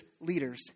leaders